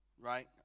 Right